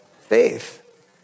faith